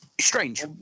Strange